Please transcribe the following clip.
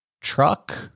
truck